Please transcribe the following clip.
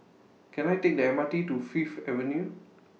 Can I Take The M R T to Fifth Avenue